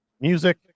Music